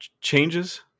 changes